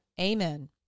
Amen